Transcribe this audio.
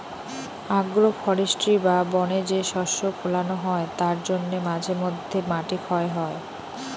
agro forestry বা বনে যে শস্য ফোলানো হয় তার জন্যে মাঝে মধ্যে মাটি ক্ষয় হয়